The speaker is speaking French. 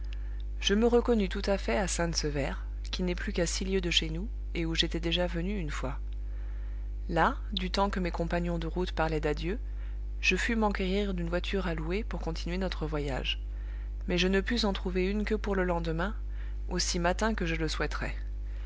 je me reconnus tout à fait à sainte sevère qui n'est plus qu'à six lieues de chez nous et où j'étais déjà venu une fois là du temps que mes compagnons de route parlaient d'adieux je fus m'enquérir d'une voiture à louer pour continuer notre voyage mais je ne pus en trouver une que pour le lendemain aussi matin que je le souhaiterais